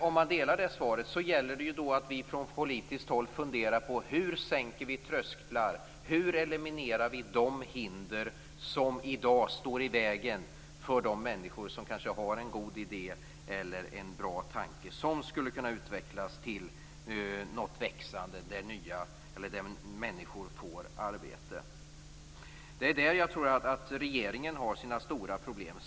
Om vi ansluter oss till detta svar gäller det att vi från politiskt håll funderar på hur vi sänker trösklar, hur vi eliminerar de hinder som i dag står i vägen för de människor som kanske har en god idé eller en bra tanke som skulle kunna utvecklas till något nytt eller växande som ger människor arbete. Det är där som jag tror att regeringen har sina stora problem.